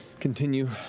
continue,